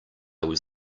was